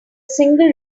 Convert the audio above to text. single